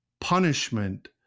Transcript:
punishment